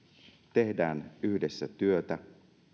tehdään yhdessä työtä